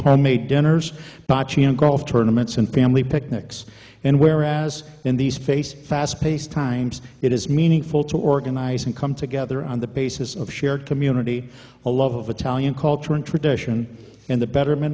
homemade dinners golf tournaments and family picnics and whereas in these face fast paced times it is meaningful to organize and come together on the basis of shared community a love of italian culture and tradition and the betterment